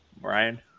Brian